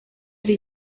ari